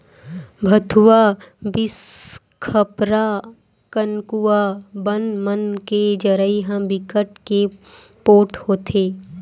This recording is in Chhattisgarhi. भथुवा, बिसखपरा, कनकुआ बन मन के जरई ह बिकट के पोठ होथे